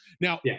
Now